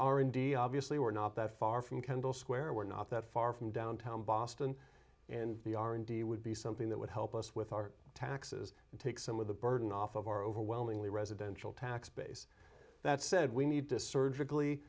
indeed obviously we're not that far from kendall square we're not that far from downtown boston and the r and d would be something that would help us with our taxes and take some of the burden off of our overwhelmingly residential tax base that said we need to surg